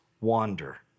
wander